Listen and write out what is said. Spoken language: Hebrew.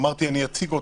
אמרתי שאני אציג אותן,